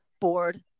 board